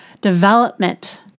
development